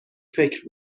فکر